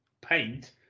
paint